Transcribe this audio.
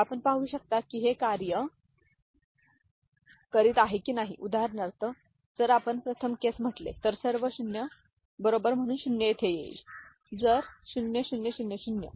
आपण पाहू शकता की हे कार्य करीत आहे की नाही उदाहरणार्थ जर आपण प्रथम केस म्हटले तर सर्व 0 बरोबर म्हणून 0 येथे येईल तर 0 0 0 0